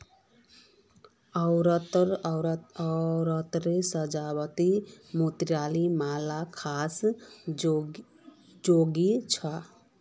औरतेर साज्वात मोतिर मालार ख़ास जोगो छे